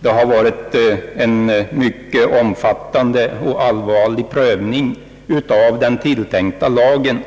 det har skett en mycket omfattande och allvarlig prövning av den tilltänkta lagen.